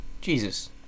Jesus